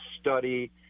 study